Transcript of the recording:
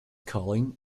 culling